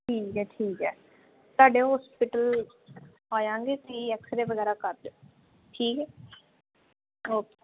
ਠੀਕ ਹੈ ਠੀਕ ਹੈ ਤੁਹਾਡੇ ਹੋਸਪਿਟਲ ਆ ਜਾਵਾਂਗੇ ਤੁਸੀਂ ਐਕਸਰੇ ਵਗੈਰਾ ਕਰ ਦਿਓ ਠੀਕ ਹੈ ਓਕੇ